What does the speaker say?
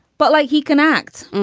but like, he can act.